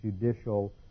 judicial